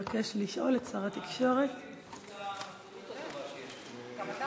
שמבקש לשאול את שר התקשורת --- נכנסתי בזכות המזכירוּת הטובה שיש פה.